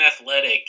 Athletic